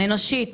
אנושית.